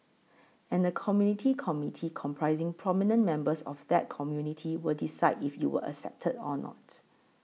and a Community Committee comprising prominent members of that community will decide if you were accepted or not